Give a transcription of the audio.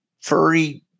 furry